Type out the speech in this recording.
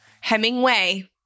Hemingway